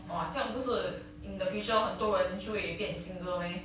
!wah! 酱不是 in the future 很多人就会变 single meh